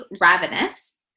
ravenous